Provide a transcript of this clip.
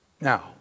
Now